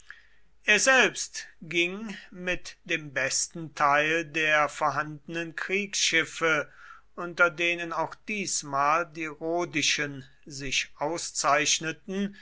er selbst ging mit dem besten teil der vorhandenen kriegsschiffe unter denen auch diesmal die rhodischen sich auszeichneten